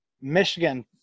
Michigan –